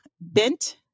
bent